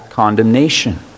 Condemnation